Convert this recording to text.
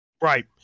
right